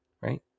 Right